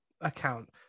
account